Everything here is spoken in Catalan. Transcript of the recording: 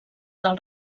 del